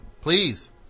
please